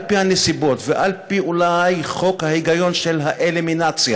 על פי הנסיבות ועל פי אולי חוק ההיגיון של האלימינציה,